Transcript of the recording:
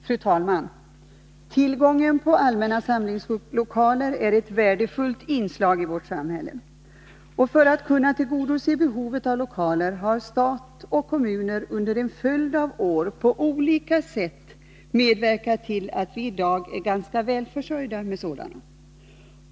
Fru talman! Tillgången på allmänna samlingslokaler är ett värdefullt inslag i vårt samhälle. För att kunna tillgodose behovet av lokaler har stat och kommuner under en följd av år på olika sätt medverkat till att vi i dag är ganska väl försörjda med sådana.